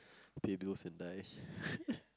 pay bills and die